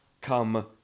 come